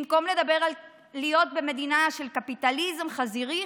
במקום לדבר על להיות במדינה של קפיטליזם חזירי,